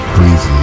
Breathe